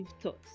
thoughts